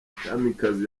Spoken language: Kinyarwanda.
kamikazi